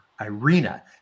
Irina